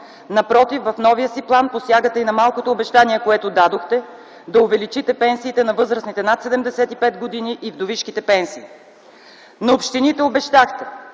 Напротив, в новия си план посягате и на малкото обещание, което дадохте, да увеличите пенсиите на възрастните над 75 години и вдовишките пенсии. На общините обещахте